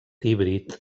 híbrid